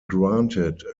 granted